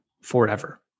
forever